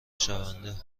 شونده